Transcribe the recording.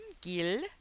Gil